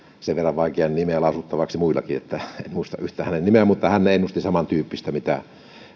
sen verran vaikea nimi lausuttavaksi muillekin että en muista yhtään hänen nimeään ja hän ennusti samantyyppistä